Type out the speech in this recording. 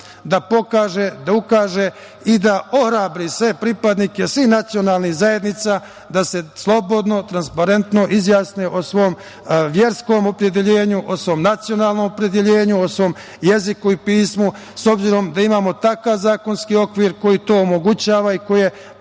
da pokaže, da ukaže i da ohrabri sve pripadnike svih nacionalnih zajednica da se slobodno, transparentno izjasne o svom verskom opredeljenju, o svom nacionalnom opredeljenju, o svom jeziku i pismu s obzirom da imamo takav zakonski okvir koji to omogućava i koji je